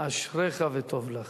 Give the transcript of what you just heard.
אשריך וטוב לך".